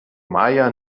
maja